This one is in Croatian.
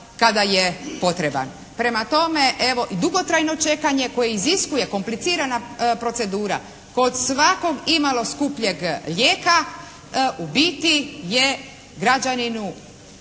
kada je potreban. Prema tome evo i dugotrajno čekanje koje iziskuje komplicirana procedura koda svakog imalo skupljeg lijeka u biti je građaninu